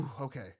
Okay